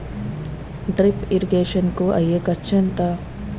Drip irrigation కూ అయ్యే ఖర్చు ఎంత?